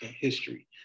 history